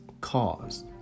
cause